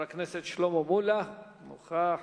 חבר הכנסת שלמה מולה נוכח.